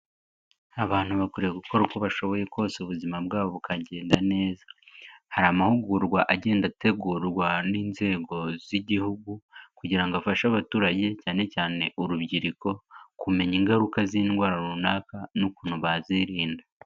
Abantu bakwiye gukora uko bashoboye kose ubuzima bwabo bukagenda neza, hari amahugurwa agenda ategurwa n'inzego z'igihugu, kugira ngo afashe abaturage cyane cyane urubyiruko kumenya ingaruka z'indwara runaka n'ukuntu bazirinda.